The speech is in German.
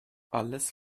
alles